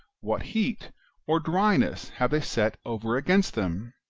what heat or dryness have they set over against them?